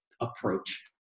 approach